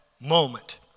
moment